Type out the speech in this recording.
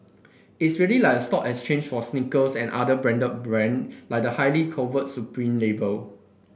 it's really like a stock exchange for sneakers and other branded brand like the highly coveted supreme label